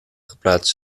geplaatst